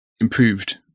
improved